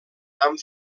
amb